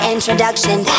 introduction